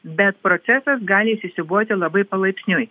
bet procesas gali įsisiūbuoti labai palaipsniui